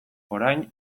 orain